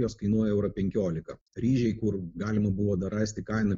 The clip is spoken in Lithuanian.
jos kainuoja eurą penkioliką ryžiai kur galima buvo dar rasti kainą